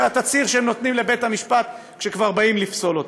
לתצהיר שהם נותנים לבית-המשפט כשכבר באים לפסול אותם.